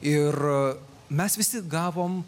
ir mes visi gavom